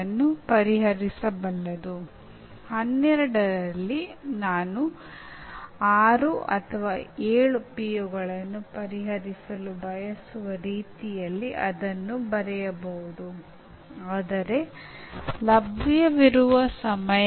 ಕೆಲವು ಪರಿಶುದ್ಧರು ಎಂದಿಗೂ ಕೂಡು ಅಂದಾಜುವಿಕೆ ಖಂಡಿತವಾಗಿಯೂ ಅಪೇಕ್ಷಣೀಯವಾಗಿದ್ದರೂ ನಾವು ಅದನ್ನು ಸಂಪೂರ್ಣವಾಗಿ ಅವಲಂಬಿಸಲಾಗುವುದಿಲ್ಲ